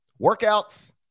workouts